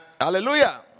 Hallelujah